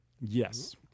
yes